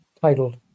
titled